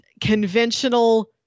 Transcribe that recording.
conventional